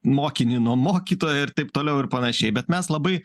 mokinį nuo mokytojo ir taip toliau ir panašiai bet mes labai